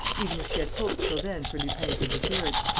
even if she had hoped till then for lupin's interference,